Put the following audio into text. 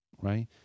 right